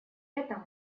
этом